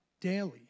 daily